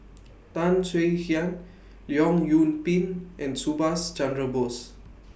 Tan Swie Hian Leong Yoon Pin and Subhas Chandra Bose